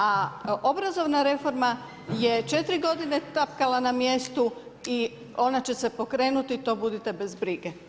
A obrazovna reforma je 4 godine tapkala na mjestu i ona će se pokrenuti, to budite bez brige.